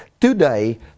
today